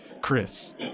Chris